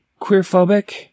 queerphobic